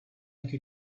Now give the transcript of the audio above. like